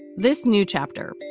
this new chapter,